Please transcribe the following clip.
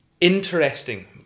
Interesting